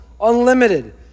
unlimited